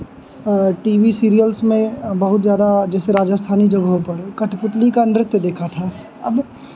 T V serials में बहुत ज़्यादा जैसे राजस्थानी जगहों पर कठपुतली का नृत्य देखा था अब